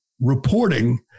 reporting